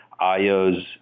IOs